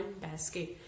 basket